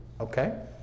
Okay